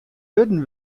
wurden